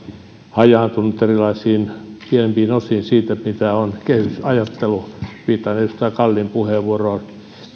hajaantunut erilaisiin pienempiin osiin siitä mitä on kehysajattelu viittaan edustaja kallin puheenvuoroon